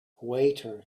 waiter